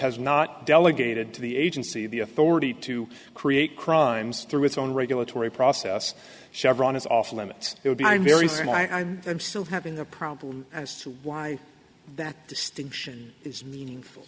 has not delegated to the agency the authority to create crimes through its own regulatory process chevron is off limits it would be very small i'm i'm still having the problem as to why that distinction is meaningful